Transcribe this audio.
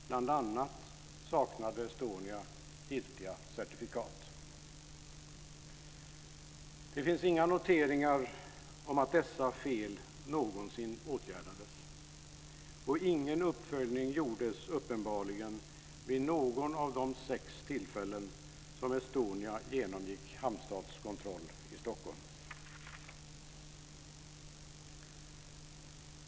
Bl.a. saknade Det finns inga noteringar om att dessa fel någonsin åtgärdades och ingen uppföljning gjordes uppenbarligen vid något av de sex tillfällen som Estonia genomgick hamnstatskontroller i Stockholm.